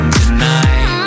tonight